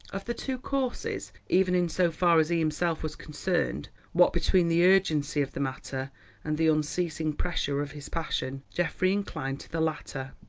of the two courses, even in so far as he himself was concerned, what between the urgency of the matter and the unceasing pressure of his passion, geoffrey inclined to the latter.